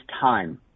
time